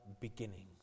beginning